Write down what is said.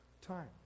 time